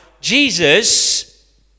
Jesus